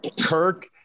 Kirk